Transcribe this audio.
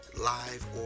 live